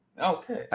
Okay